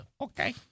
Okay